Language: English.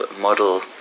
model